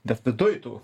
bet viduj tų